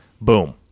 Boom